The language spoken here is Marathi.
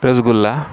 रसगुल्ला